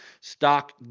stock